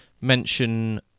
mention